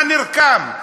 מה נרקם?